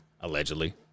Allegedly